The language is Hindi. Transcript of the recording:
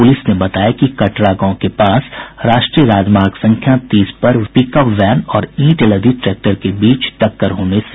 पूलिस ने बताया कि कटरा गांव के पास राष्ट्रीय राजमार्ग संख्या तीस पर पिकअप वैन और ईंट लदी ट्रैक्टर के बीच टक्कर हो गयी